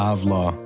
Avla